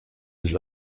sich